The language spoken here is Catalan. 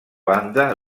banda